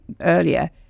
earlier